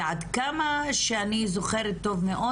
ועד כמה שאני זוכרת טוב מאוד,